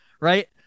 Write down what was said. right